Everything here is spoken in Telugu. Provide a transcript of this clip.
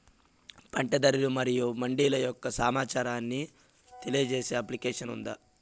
పంట ధరలు మరియు మండీల యొక్క సమాచారాన్ని తెలియజేసే అప్లికేషన్ ఉందా?